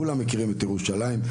כולם מכירים את ירושלים.